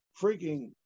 freaking